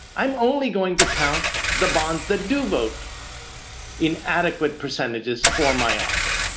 i'm only going to count the bonds that do vote in adequate percentages for my offer.